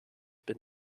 been